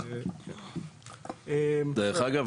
דרך אגב,